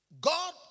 God